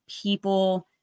people